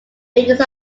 because